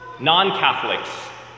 non-Catholics